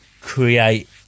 create